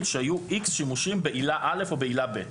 שהיו איקס שימושים בעילה א' או בעילה ב'.